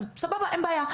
אז סבבה, אין בעיה"